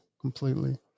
completely